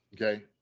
okay